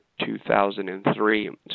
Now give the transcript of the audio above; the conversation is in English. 2003